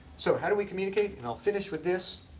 so how do we communicate? and i'll finish with this.